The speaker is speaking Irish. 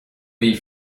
mhí